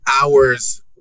hours